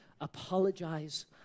apologize